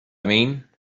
mean